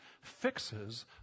fixes